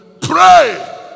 Pray